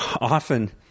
often